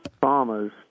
farmers